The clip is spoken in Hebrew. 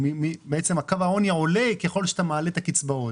מעצם קו העוני עולה ככל שאתה מעלה את הקצבאות